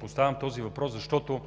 Поставям този въпрос, защото